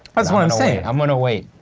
that's what i'm sayin'. i'm gonna wait.